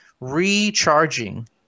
recharging